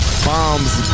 bombs